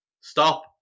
stop